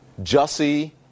Jussie